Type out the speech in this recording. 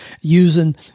using